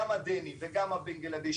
גם הדני וגם הבנגלדשי,